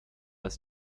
ist